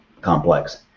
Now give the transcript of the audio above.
complex